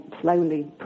slowly